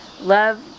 love